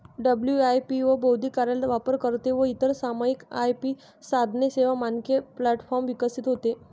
WIPO बौद्धिक कार्यालय, वापरकर्ते व इतर सामायिक आय.पी साधने, सेवा, मानके प्लॅटफॉर्म विकसित होते